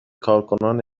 کارکنان